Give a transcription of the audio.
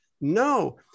no